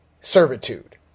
servitude